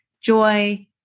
joy